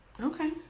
Okay